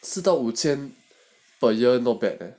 四到五千 per year not bad leh